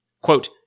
quote